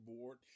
board